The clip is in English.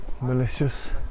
malicious